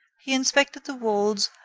he inspected the walls,